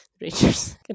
Rangers